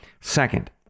Second